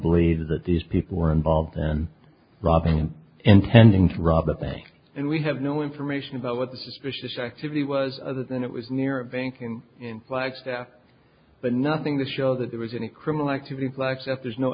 believe that these people were involved and robbing and intending to rob the bank and we have no information about what the suspicious activity was other than it was near a bank and in flagstaff but nothing to show that there was any criminal activity plax if there's no